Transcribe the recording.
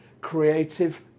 creative